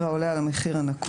במחיר העולה על המחיר הנקוב,